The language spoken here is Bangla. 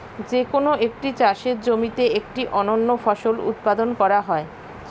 যে কোন একটি চাষের জমিতে একটি অনন্য ফসল উৎপাদন করা হয়